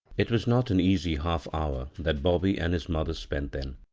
it was not an easy half hour that bobby and his mother spent then.